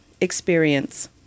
experience